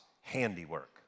handiwork